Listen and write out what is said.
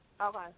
Okay